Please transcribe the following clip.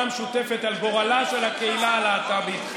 המשותפת על גורלה של הקהילה הלהט"בית.